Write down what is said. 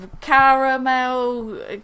Caramel